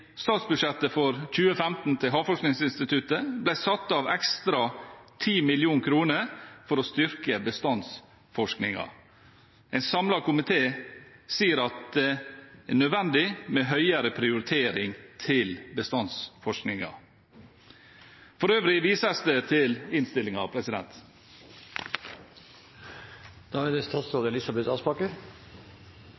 statsbudsjettet for 2015 ble satt av 10 mill. kr ekstra til Havforskningsinstituttet for å styrke bestandsforskningen. En samlet komité sier at det er nødvendig med høyere prioritering til bestandsforskningen. For øvrig vises det til innstillingen. La meg starte med å si at jeg er